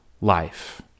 life